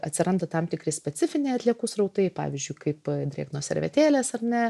atsiranda tam tikri specifiniai atliekų srautai pavyzdžiui kaip drėgnos servetėlės ar ne